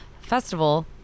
festival